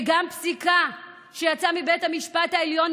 וגם פסיקה שיצאה מבית המשפט העליון,